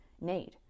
need